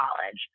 college